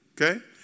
Okay